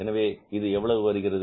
எனவே இது எவ்வளவு இருக்கிறது